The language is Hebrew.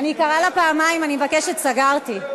היא קראה לה פעמיים, אני מבקשת, סגרתי.